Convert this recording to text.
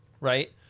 Right